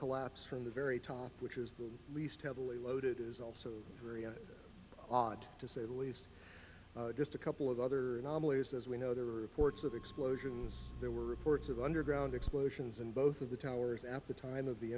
collapse from the very top which is least heavily loaded is also very odd to say the least just a couple of other anomalies as we know there are reports of explosions there were reports of underground explosions in both of the towers at the time of the